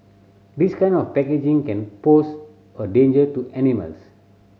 this kind of packaging can pose a danger to animals